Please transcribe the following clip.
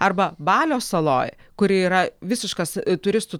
arba balio saloj kuri yra visiškas turistų